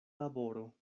laboro